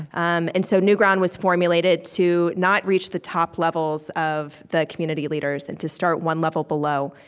um and so newground was formulated to not reach the top levels of the community leaders and to start one level below,